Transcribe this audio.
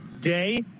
day